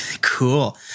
Cool